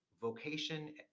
vocation